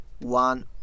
one